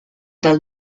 del